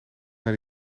naar